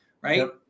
right